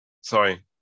Sorry